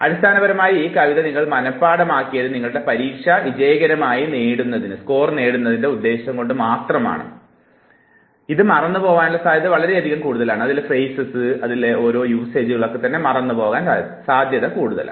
അടിസ്ഥാനപരമായി ഈ കവിത നിങ്ങൾ മനഃപാഠമാക്കിയത് നിങ്ങളുടെ പരീക്ഷയിൽ വിജയകരമായി സ്കോർ ചെയ്യുന്നതിൻറെ ഉദ്ദേശ്യം നിറവേറ്റുന്നതിനായി മാത്രമായിരുന്നു കൂടാതെ ഇത് മറന്നു പോകുവാനുള്ള സാധ്യത വളരെയധികം കൂടുതലുമാണ്